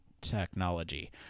technology